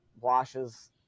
washes